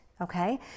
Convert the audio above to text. Okay